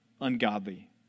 ungodly